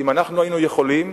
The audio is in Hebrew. אם אנחנו היינו יכולים,